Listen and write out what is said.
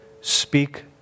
speak